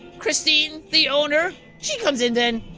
christine, the owner, she comes in then